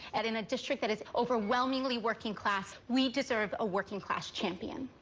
and in a district that is overwhelmingly working class, we deserve a working class champion.